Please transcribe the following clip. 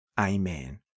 Amen